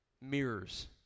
mirrors